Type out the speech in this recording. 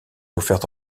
offerte